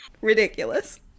Ridiculous